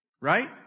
Right